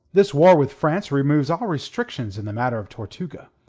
this war with france removes all restrictions in the matter of tortuga.